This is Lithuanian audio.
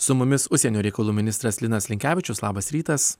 su mumis užsienio reikalų ministras linas linkevičius labas rytas